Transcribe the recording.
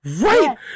right